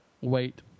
wait